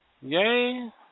Yay